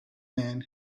man